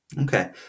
Okay